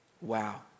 Wow